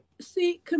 See